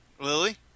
Lily